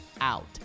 out